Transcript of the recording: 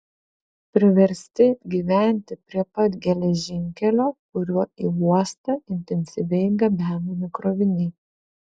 priversti gyventi prie pat geležinkelio kuriuo į uostą intensyviai gabenami kroviniai